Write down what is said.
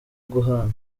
guhana